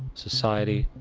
society,